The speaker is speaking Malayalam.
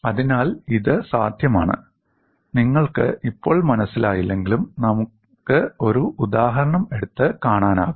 അതിനാൽ ഇത് സാധ്യമാണ് നിങ്ങൾക്ക് ഇപ്പോൾ മനസ്സിലായില്ലെങ്കിലും നമുക്ക് ഒരു ഉദാഹരണം എടുത്ത് കാണാനാകും